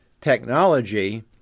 technology